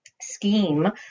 scheme